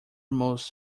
most